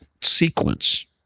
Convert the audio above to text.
sequence